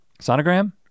Sonogram